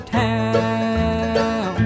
town